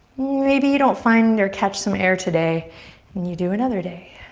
maybe you don't find or catch some air today and you do another day.